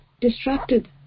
distracted